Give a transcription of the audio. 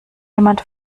jemand